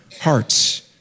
hearts